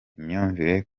imyumvire